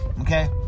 Okay